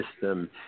system